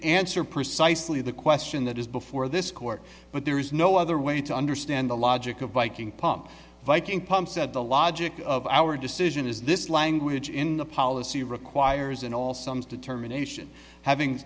answer precisely the question that is before this court but there is no other way to understand the logic of viking pump viking pumps that the logic of our decision is this language in the policy requires an all somes determination having